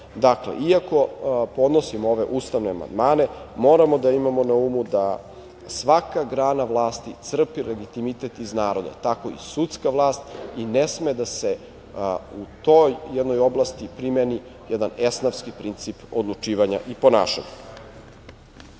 Dakle, iako podnosimo ove ustavne amandmane, moramo da imamo na umu da svaka grana vlasti crpi legitimitet iz naroda. Tako i sudska vlast i ne sme da se u toj jednoj oblasti primeni jedan esnafski princip odlučivanja i ponašanja. Ne